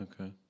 Okay